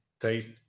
taste